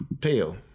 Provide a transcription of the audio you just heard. Pale